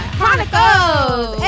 Chronicles